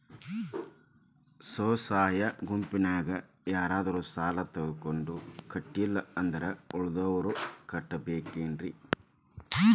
ಸ್ವ ಸಹಾಯ ಗುಂಪಿನ್ಯಾಗ ಯಾರಾದ್ರೂ ಸಾಲ ತಗೊಂಡು ಕಟ್ಟಿಲ್ಲ ಅಂದ್ರ ಉಳದೋರ್ ಕಟ್ಟಬೇಕೇನ್ರಿ?